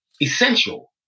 Essential